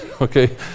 okay